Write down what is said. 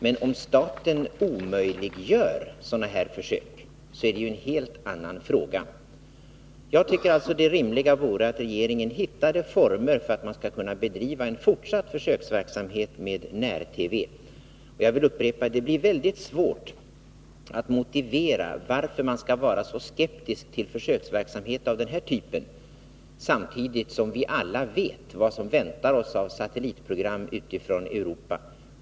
Men om staten omöjliggör sådana här försök, då är det en helt annan fråga. Jag tycker att det rimliga vore att regeringen försökte hitta former för en fortsatt försöksverksamhet med när-TV. Jag vill upprepa att det blir mycket svårt att motivera varför man är så skeptisk till försöksverksamhet av den här typen, när vi alla samtidigt vet vad som väntar oss av satellitprogram utifrån Europa.